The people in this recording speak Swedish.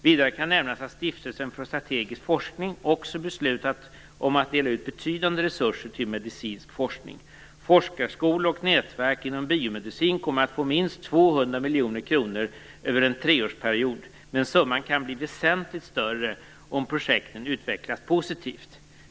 Vidare kan nämnas att Stiftelsen för strategisk forskning också beslutat att dela ut betydande resurser till medicinsk forskning. Forskarskolor och nätverk inom biomedicin kommer att få minst 200 miljoner kronor över en treårsperiod, men summan kan bli väsentligt större om projekten utvecklas positivt.